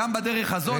גם בדרך הזאת,